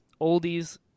oldies